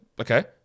Okay